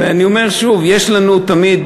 ואני אומר שוב: יש לנו תמיד,